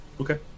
Okay